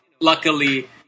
luckily